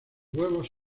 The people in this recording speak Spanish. huevos